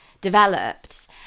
developed